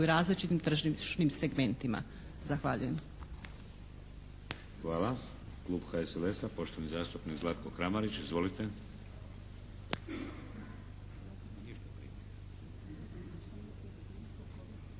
u različitim tržišnim segmentima. Zahvaljujem. **Šeks, Vladimir (HDZ)** Hvala. Klub HSLS-a, poštovani zastupnik Zlatko Kramarić. Izvolite.